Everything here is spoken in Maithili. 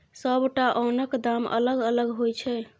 सबटा ओनक दाम अलग अलग होइ छै